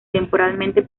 temporalmente